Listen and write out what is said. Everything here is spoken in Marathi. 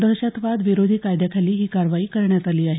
दहशतवाद विरोधी कायद्याखाली ही कारवाई करण्यात आली आहे